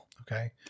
Okay